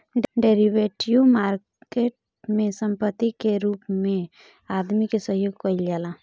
derivative market में संपत्ति के रूप में आदमी के सहयोग कईल जाला